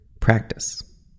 practice